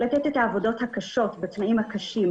לתת את העבודות הקשות בתנאים הקשים,